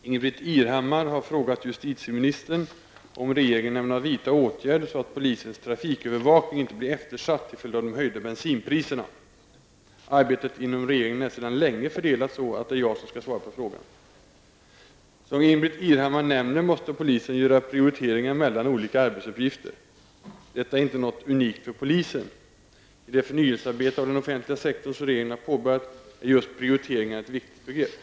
Herr talman! Ingbritt Irhammar har frågat justitieministern om regeringen ämnar vidta åtgärder för att polisens trafikövervakning inte blir eftersatt till följd av de höjda bensinpriserna. Arbetet inom regeringen är sedan länge fördelat så, att det är jag som skall svara på frågan. Som Ingbritt Irhammar nämner måste polisen göra prioriteringar mellan olika arbetsuppgifter. Detta är inte något unikt för polisen. I det förnyelsearbete av den offentliga sektorn som regeringen har påbörjat är just prioriteringar ett viktigt begrepp.